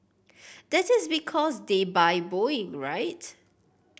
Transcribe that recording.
that is because they buy Boeing right